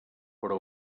però